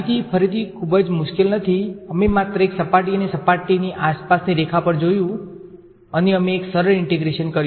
સાબિતી ફરીથી ખૂબ જ મુશ્કેલ નથી અમે માત્ર એક સપાટી અને સપાટીની આસપાસની રેખા પર જોયું અને અમે એક સરળ ઈંટેગ્રેશન કર્યું